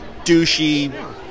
douchey